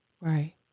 Right